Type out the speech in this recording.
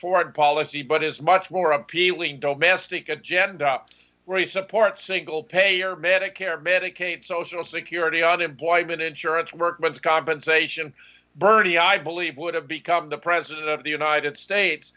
foreign policy but is much more appealing don't best ika gender resupport single payer medicare medicaid social security other employment insurance workman's compensation bernie i believe would have become the president of the united states